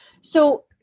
So-